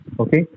Okay